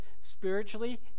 spiritually